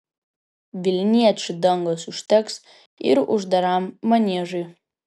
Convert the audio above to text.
vilniečių dangos užteks ir uždaram maniežui